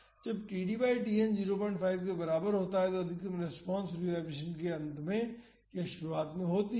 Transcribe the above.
और जब td बाई Tn 05 के बराबर होता है तो अधिकतम रेस्पॉन्स फ्री वाईब्रेशन के अंत में या शुरुआत में होती है